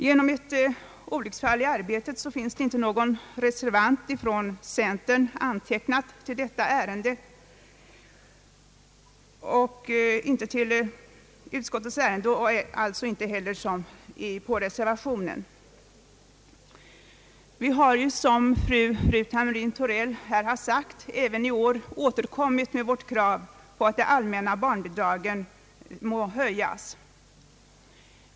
Genom ett olycksfall i arbetet finns inte någon representant från centern i denna kammare antecknad under detta utskottsutlåtande och alltså inte heller under reservationen. Vi har, som fru Ruth Hamrin-Thorell här har sagt, även i år återkommit med vårt krav på att de allmänna barnbidragen må höjas.